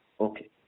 Okay